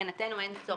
מבחינתנו אין צורך.